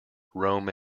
rome